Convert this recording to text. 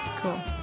Cool